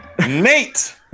Nate